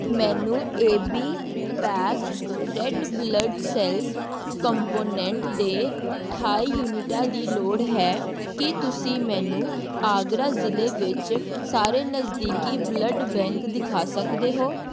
ਮੈਨੂੰ A B packed red blood cells component ਦੇ ਅਠਾਈ ਯੂਨਿਟਾਂ ਦੀ ਲੋੜ ਹੈ ਕੀ ਤੁਸੀਂ ਮੈਨੂੰ ਆਗਰਾ ਜ਼ਿਲ੍ਹੇ ਵਿੱਚ ਸਾਰੇ ਨਜ਼ਦੀਕੀ ਬਲੱਡ ਬੈਂਕ ਦਿਖਾ ਸਕਦੇ ਹੋ